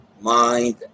mind